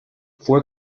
fue